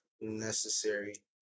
necessary